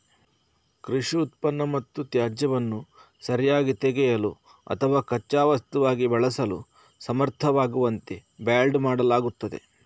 ಕೃಷಿ ಉತ್ಪನ್ನ ಮತ್ತು ತ್ಯಾಜ್ಯವನ್ನು ಸರಿಯಾಗಿ ತೆಗೆಯಲು ಅಥವಾ ಕಚ್ಚಾ ವಸ್ತುವಾಗಿ ಬಳಸಲು ಸಮರ್ಥವಾಗುವಂತೆ ಬ್ಯಾಲ್ಡ್ ಮಾಡಲಾಗುತ್ತದೆ